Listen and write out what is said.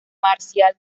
marcial